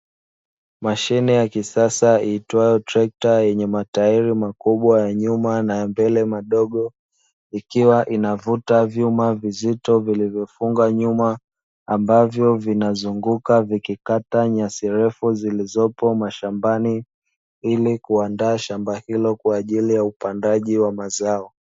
Mashine ya kisasa itwayo trekta Ina matairi makubwa ya nyuma na mbele madogo , ikiwa inavuta vyuma vizito vilivyofungwa nyuma ambavyo vinazunguka vikikata nyasi refu zilizopo mashambani ili kuaanda shamba hilo kwaajili ya upandaji wa mazao .